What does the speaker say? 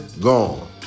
gone